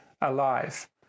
alive